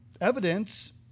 evidence